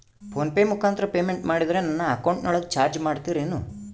Phone pay ಮುಖಾಂತರ payment ಮಾಡಿದರೆ ನನ್ನ ಅಕೌಂಟಿನೊಳಗ ಚಾರ್ಜ್ ಮಾಡ್ತಿರೇನು?